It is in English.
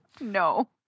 no